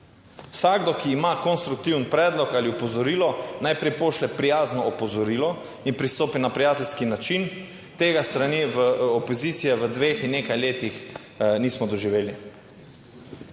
Vsakdo, ki ima konstruktiven predlog ali opozorilo, naj prej pošlje prijazno opozorilo in pristopi na prijateljski način, in ega s strani opozicije v dveh in nekaj letih nismo doživeli.